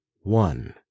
one